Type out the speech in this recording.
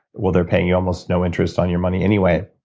well they're paying you almost no interest on your money anyway.